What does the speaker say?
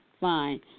fine